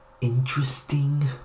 interesting